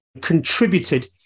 contributed